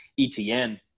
ETN